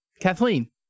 Kathleen